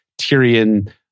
Tyrion